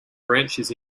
branches